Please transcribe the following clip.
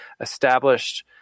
established